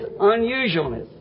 unusualness